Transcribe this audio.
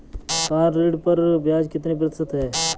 Car ऋण पर ब्याज कितने प्रतिशत है?